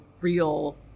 real